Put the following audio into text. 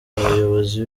abayobozi